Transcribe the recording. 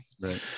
Right